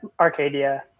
Arcadia